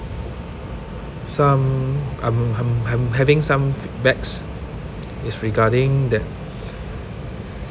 some I'm I'm I'm having some feedbacks it's regarding that